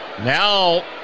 Now